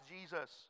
Jesus